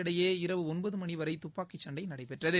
இரவு ஒன்பது மணி வரை துப்பாக்கிச் சண்டை நடைபெற்றது